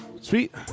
sweet